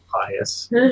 Pious